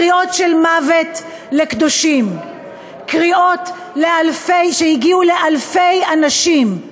קריאות למות קדושים, קריאות שהגיעו לאלפי אנשים.